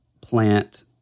plant